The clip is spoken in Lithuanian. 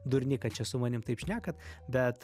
durni kad čia su manim taip šnekat bet